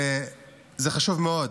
זה חשוב מאוד.